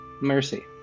mercy